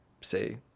say